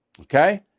Okay